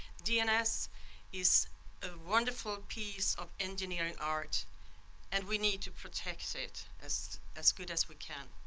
dns is a wonderful piece of engineering art and we need to protect it as as good as we can.